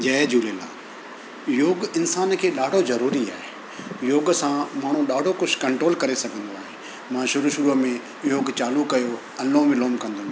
जय झूलेलाल योग इंसान खे ॾाढो ज़रूरी आहे योग सां माण्हू ॾाढो कुझु कंट्रोल करे सघंदो आहे मां शुरू शुरूअ में योग चालू कयो अनुलोम विलोम कंदो हुउमि